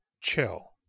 chill